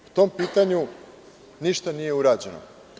Po tom pitanju ništa nije urađeno.